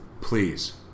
please